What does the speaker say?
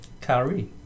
Kyrie